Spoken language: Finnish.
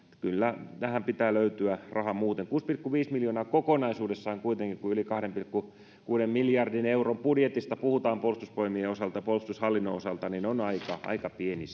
kyllä tähän pitää löytyä raha muuten kuusi pilkku viisi miljoonaa kokonaisuudessaan kuitenkin kun yli kahden pilkku kuuden miljardin euron budjetista puhutaan puolustusvoimien osalta ja puolustushallinnon osalta on aika aika pieni